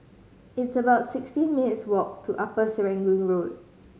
it's about sixteen minutes' walk to Upper Serangoon Road